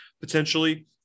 potentially